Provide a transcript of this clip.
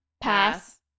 Pass